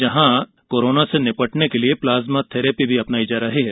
यहां कोरोना से निपटने के लिए प्लाज्मा थेरेपी भी अपनाई जा रही है